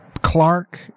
Clark